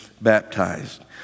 baptized